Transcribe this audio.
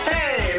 Hey